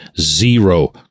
zero